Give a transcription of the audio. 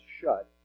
shut